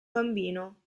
bambino